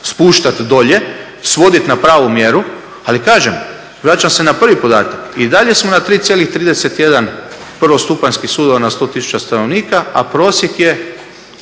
spuštati dolje, svoditi na pravu mjeru. Ali kažem vraćam se na prvi podatak, i dalje smo na 3,31 prvostupanjskih sudova na 100 tisuća stanovnika a prosjek je